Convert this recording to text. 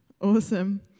Awesome